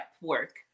work